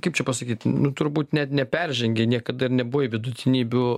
kaip čia pasakyt nu turbūt net neperžengei niekada ir nebuvai vidutinybių